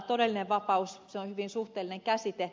todellinen vapaus on hyvin suhteellinen käsite